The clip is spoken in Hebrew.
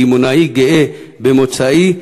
דימונאי גאה במוצאי,